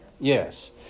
Yes